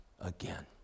again